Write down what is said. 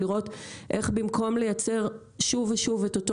צריך לראות איך במקום ליצר שוב ושוב את אותו